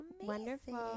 Wonderful